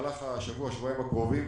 שבמהלך השבוע-שבועיים הקרובים,